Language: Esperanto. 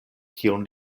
kion